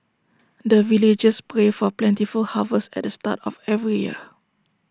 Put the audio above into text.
the villagers pray for plentiful harvest at the start of every year